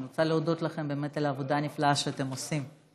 רוצה להודות לכם על העבודה הנפלאה שאתם עושים,